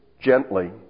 gently